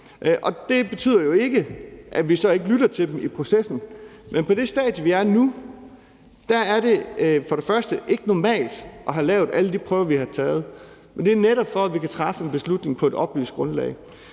Det betyder jo ikke, at vi så ikke lytter til dem i processen, men på det stadie, vi er nu, er det for det første ikke normalt at have lavet alle de prøver, vi har taget. Det er netop for, at vi kan træffe en beslutning på et oplyst grundlag.